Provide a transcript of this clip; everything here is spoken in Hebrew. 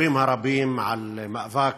הדיבורים הרבים על מאבק